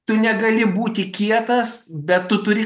tu negali būti kietas bet tu turi